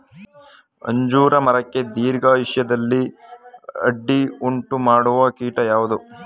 ಅಂಜೂರ ಮರಕ್ಕೆ ದೀರ್ಘಾಯುಷ್ಯದಲ್ಲಿ ಅಡ್ಡಿ ಉಂಟು ಮಾಡುವ ಕೀಟ ಯಾವುದು?